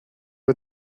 que